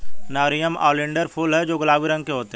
nerium oleander फूल हैं जो गुलाबी रंग के होते हैं